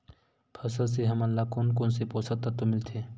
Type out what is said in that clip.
फसल से हमन ला कोन कोन से पोषक तत्व मिलथे?